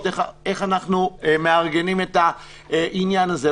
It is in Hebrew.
איך אנחנו מארגנים את העניין הזה.